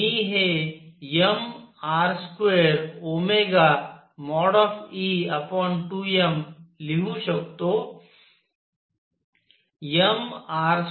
मी हे mR2e2m लिहू शकतो